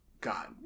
god